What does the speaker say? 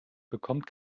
bekommt